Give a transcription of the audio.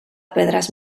pedres